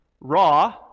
raw